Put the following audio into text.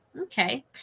Okay